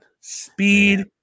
Speed